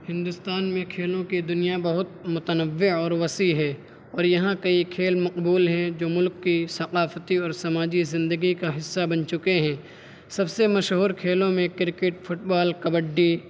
ہندوستان میں کھیلوں کے دنیا بہت متنوع اور وسیع ہے اور یہاں کئی کھیل مقبول ہیں جو ملک کی ثقافتی اور سماجی زندگی کا حصہ بن چکے ہیں سب سے مشہور کھیلوں میں کرکٹ فٹ بال کبڈی